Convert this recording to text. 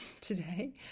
today